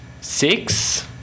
six